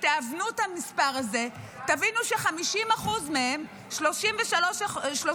תהוונו את המספר הזה, ותבינו ש-50% מהם, 33,000,